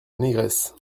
négresse